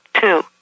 Two